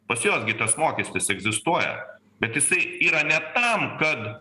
pas juos gi tas mokestis egzistuoja bet jisai yra ne tam kad